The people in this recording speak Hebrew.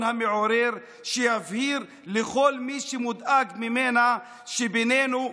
המעורר שיבהיר לכל מי שמודאג ממנה שבינינו,